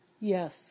Yes